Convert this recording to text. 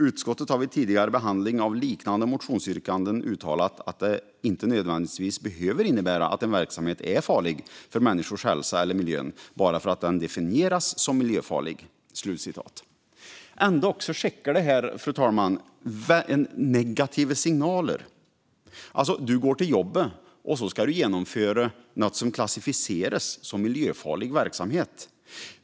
Utskottet har vid tidigare behandling av liknande motionsyrkanden uttalat att det inte nödvändigtvis behöver innebära att en verksamhet är farlig för människors hälsa eller miljön bara för att den definieras som miljöfarlig." Fru talman! Detta skickar ändå negativa signaler. Du går till jobbet, och sedan ska du genomföra något som klassificeras som miljöfarlig verksamhet.